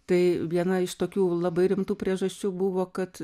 tai viena iš tokių labai rimtų priežasčių buvo kad